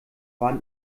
waren